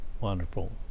Wonderful